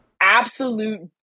absolute